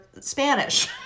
Spanish